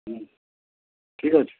হুম ঠিক আছে